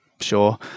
sure